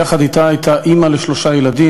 יחד אתה הייתה אימא לשלושה ילדים,